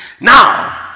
Now